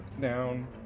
down